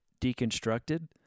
deconstructed